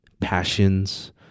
passions